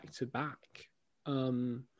back-to-back